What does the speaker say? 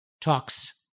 talks